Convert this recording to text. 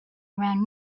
around